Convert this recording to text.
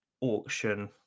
auction